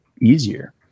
easier